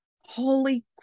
holy